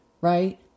right